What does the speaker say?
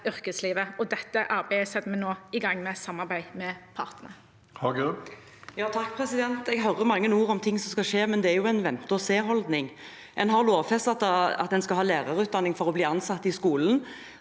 yrkeslivet. Dette arbeidet setter vi nå i gang med, i samarbeid med partene. Margret Hagerup (H) Jeg hører mange ord om ting som skal skje, men det er jo en vente-og-seholdning. En har lovfestet at en må ha lærerutdanning for å bli ansatt i skolen,